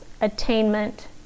attainment